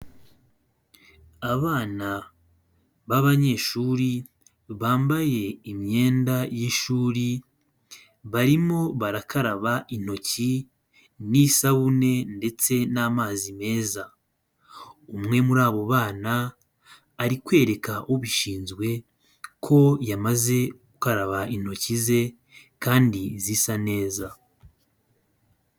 Abana b'abanyeshuri, bambaye imyenda y'ishuri, barimo barakaraba intoki n'isabune, ndetse n'amazi meza, umwe muri abo bana, arikwereka ubishinzwe, ko yamaze gukaraba intoki ze, kandi zisa neza.